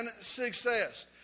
success